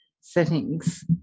settings